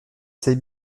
ses